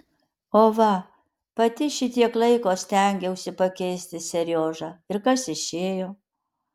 o va pati šitiek laiko stengiausi pakeisti seriožą ir kas išėjo